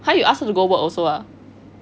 how you ask her to go work also ah